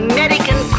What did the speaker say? American